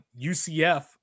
UCF